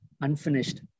unfinished